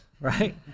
right